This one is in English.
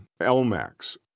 LMAX